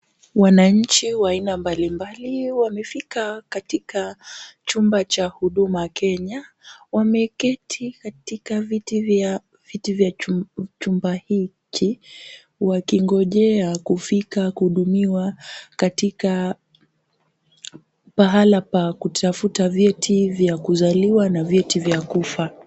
Wananchi wa aina mbalimbali wamefika katika chumba cha huduma kenya. Wameketi katika viti vya chumba hiki wakingojea kufika kuhudumiwa katika pahala pa kutafuta vyeti vya kuzaliwa na vyeti vya kufa.